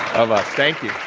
of us. thank you.